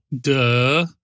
duh